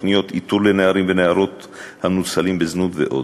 תוכניות איתור לנערים ונערות המנוצלים בזנות ועוד,